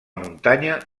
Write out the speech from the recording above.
muntanya